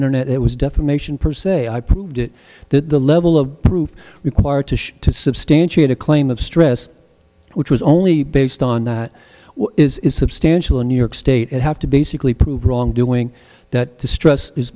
internet it was defamation per se i proved it that the level of proof required to show to substantiate a claim of stress which was only based on that is substantial in new york state and have to basically prove wrongdoing that the stress is